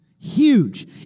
Huge